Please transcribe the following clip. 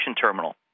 terminal